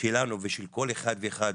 שלנו ושל כל אחד ואחד.